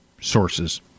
sources